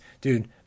dude